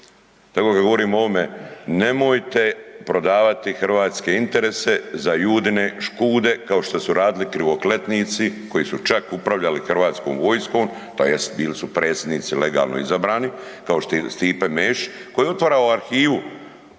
da kad govorimo o ovome, nemojte prodavati hrvatske interese za Judine škude kao što su radili krivokletnici koji su čak upravljali hrvatskom vojskom tj. bili su predsjednici legalno izabrani kao što je Stipe Mesić koji je otvarao arhivu,